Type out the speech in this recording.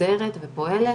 מוסדרת ופועלת.